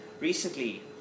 recently